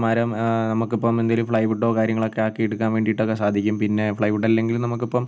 മരം നമുക്ക് ഇപ്പോൾ എന്തെങ്കിലും പ്ലൈവുഡോ കാര്യങ്ങളൊക്കെ ആക്കി എടുക്കാൻ വേണ്ടിയിട്ട് ഒക്കെ സാധിക്കും പിന്നെ പ്ലൈവുഡ് അല്ലെങ്കിൽ നമുക്ക് ഇപ്പം